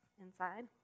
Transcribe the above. inside